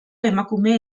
emakume